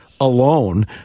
alone